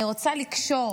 אני רוצה לקשור